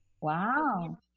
Wow